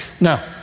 now